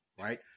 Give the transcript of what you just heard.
Right